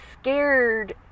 scared